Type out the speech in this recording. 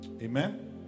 amen